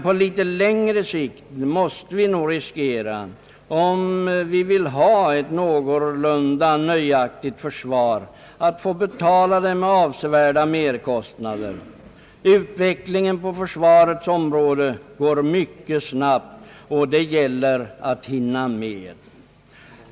På litet längre sikt måste vi dock riskera — om vi vill ha ett någorlunda nöjaktigt försvar — att få betala den avsevärda merkostnaden. Utvecklingen på försvarets område går mycket snabbt och det gäller att hinna med.